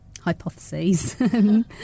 hypotheses